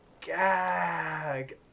gag